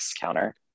counter